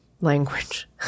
language